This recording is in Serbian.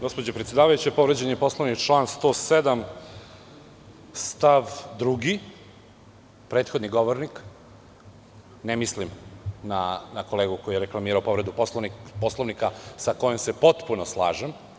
Gospođo predsedavajuća, povređen je Poslovnik, član 107. stav 2. od strane prethodnog govornika, ne misleći na kolegu koji je reklamirao povredu Poslovnika sa kojim se potpuno slažem.